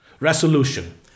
Resolution